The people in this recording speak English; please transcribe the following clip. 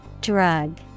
Drug